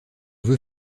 veut